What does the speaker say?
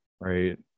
right